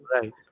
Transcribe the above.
Right